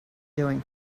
doing